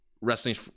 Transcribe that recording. Wrestling